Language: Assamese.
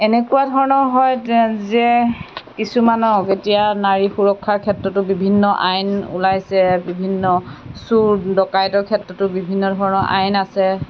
এনেকুৱা ধৰণৰ হয় যে কিছুমানক এতিয়া নাৰীৰ সুৰক্ষাৰ ক্ষেত্ৰতো বিভিন্ন আইন ওলাইছে বিভিন্ন চোৰ ডকাইতৰ ক্ষেত্ৰতো বিভিন্ন ধৰণৰ আইন আছে